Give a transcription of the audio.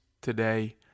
today